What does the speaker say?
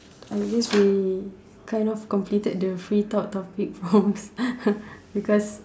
I guess we kind of completed the free talk topics prompts because